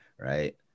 right